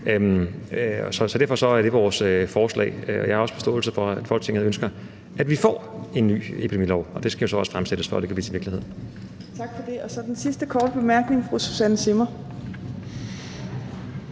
Så derfor er det vores forslag, og jeg har også forståelse for, at Folketinget ønsker, at vi får en ny epidemilov. Og den skal jo så også fremsættes, før den kan blive til virkelighed. Kl. 14:59 Fjerde næstformand (Trine Torp): Tak for